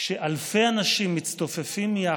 שכשאלפי אנשים מצטופפים יחד,